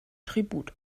tribut